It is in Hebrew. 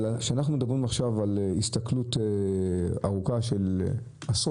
אבל כשאנחנו מדברים עכשיו על הסתכלות ארוכה של עשרות